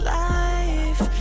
life